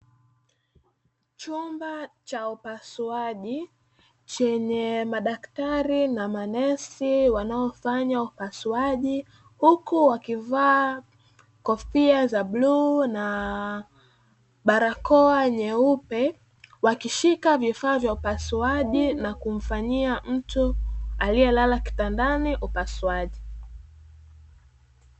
Chumba cha upasuaji chenye madaktari na manesi wanaofanya upasuaji huku wakivaa kofia za bluu na barakoa nyeupe, wakishika vifaa vya upasuaji na kumfanyia mtu aliyelala kitandani upasuaji.